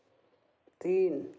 तीन